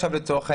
לצורך העניין,